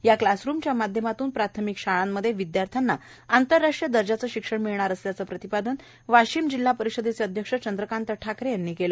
या क्लासरुमच्या माध्यमातून प्राथमिक शाळामध्ये विद्यार्थ्यांना आंतर राष्ट्रीय दर्जाचे शिक्षण मिळणार असल्याचे प्रतिपादन वाशिम जिल्हा परिषदेचे अध्यक्ष चंद्रकांत ठाकरे यांनी केले